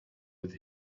with